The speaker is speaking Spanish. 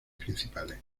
principales